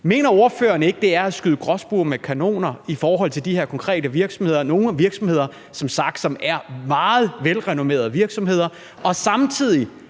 Mener ordføreren ikke, det er at skyde gråspurve med kanoner i forhold til de konkrete virksomheder – nogle virksomheder, der som sagt er meget velrenommerede virksomheder? Og hvis